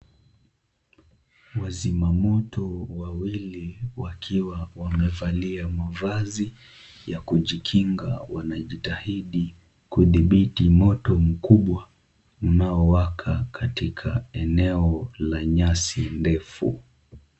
Wazima moto wawili wakiwa wamevalia mavazi ya kujikinga wanajitahidi kudhibiti moto mkubwa unaowaka katika eneo la nyasi ndefu.